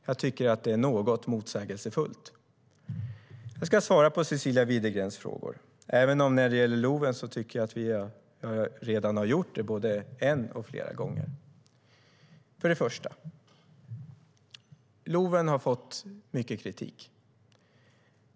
Jag tycker att det är något motsägelsefullt. För det första: LOV har fått mycket kritik.